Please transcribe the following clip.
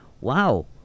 wow